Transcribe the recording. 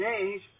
change